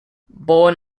born